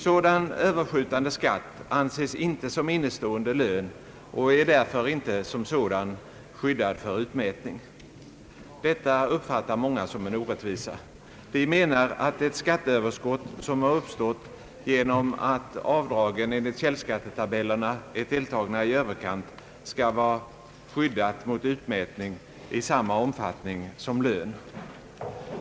Sådan överskjutande skatt anses inte som innestående lön och är därför inte som sådan skyddad för utmätning. Detta uppfattar många som en orättvisa. De menar att det skatteöverskott som har uppstått genom att avdragen enligt källskattetabellerna är tilltagna i överkant skall vara skyddat mot utmätning i samma omfattning som lön.